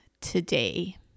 today